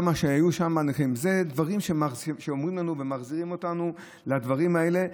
אלה דברים שאומרים לנו ומחזירים אותנו לדברים האלה,